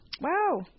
Wow